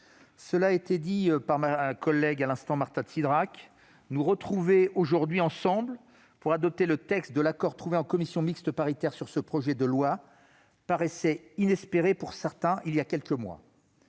mes chers collègues, Marta de Cidrac l'a dit, nous retrouver aujourd'hui ensemble pour adopter le texte de l'accord trouvé en commission mixte paritaire sur ce projet de loi aurait paru inespéré pour certains il y a quelques mois.